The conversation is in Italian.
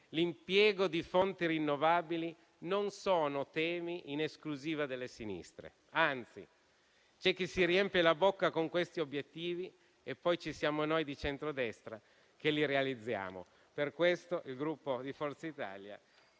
l'impiego di fonti rinnovabili non sono temi in esclusiva alle sinistre, anzi. C'è chi si riempie la bocca con questi obiettivi e poi ci siamo noi di centrodestra che li realizziamo. Per questo il Gruppo Forza Italia